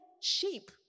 sheep